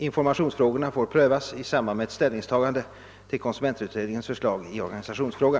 Informationsfrågorna får prövas i samband med ett ställningstagande till konsumentutredningens förslag i organisationsfrågan.